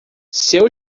seu